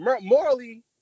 morally